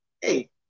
Hey